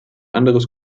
anderes